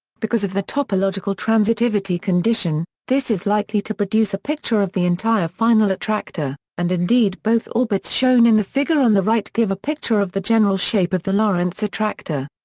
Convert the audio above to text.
because of the topological transitivity condition, this is likely to produce a picture of the entire final attractor, and indeed both orbits shown in the figure on the right give a picture of the general shape of the lorenz attractor.